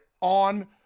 on